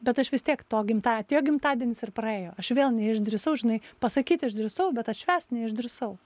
bet aš vis tiek to gimta atėjo gimtadienis ir praėjo aš vėl neišdrįsau žinai pasakyt išdrįsau bet atšvęst neišdrįsau